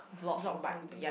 vlog or something